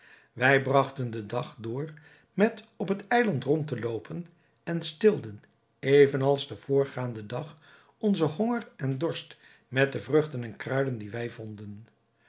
wij bragten den dag door met op het eiland rond te loopen en stilden even als den voorgaanden dag onzen honger en dorst met de vruchten en kruiden die wij vonden